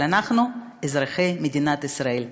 אבל אנחנו אזרחי מדינת ישראל.